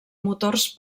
motors